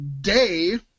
day